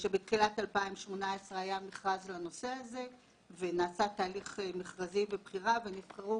בתחילת 2018 היה מכרז לנושא הזה ונעשה תהליך מכרזי בבחירה ונבחרו